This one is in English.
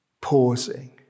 pausing